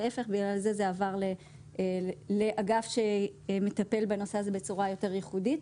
אז להפך בגלל זה הנושא עבר לאגף שמטפל בו בצורה יותר ייחודית.